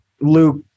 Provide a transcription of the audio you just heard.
Luke